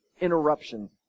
interruption